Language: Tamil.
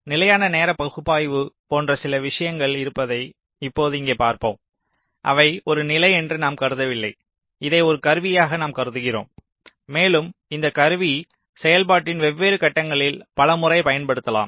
நிலையான நேர பகுப்பாய்வு போன்ற சில விஷயங்கள் இருப்பதை இப்போது இங்கே பார்ப்போம் அவை ஒரு நிலை என்று நாம் கருதவில்லை இதை ஒரு கருவியாக நாம் கருதுகிறோம் மேலும் இந்த கருவி செயல்பாட்டின் வெவ்வேறு கட்டங்களில் பல முறை பயன்படுத்தப்படலாம்